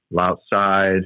Outside